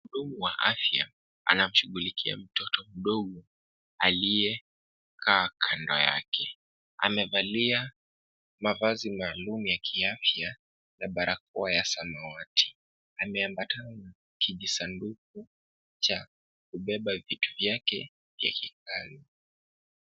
Mhudumu wa afya anamshughulikia mtoto mdogo aliyekaa kando yake. Amevalia mavazi maalum ya kiafya na barakoa ya samawati. Ameambatana na kijisanduku cha kubeba vitu vyake vya kikazi.